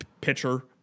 pitcher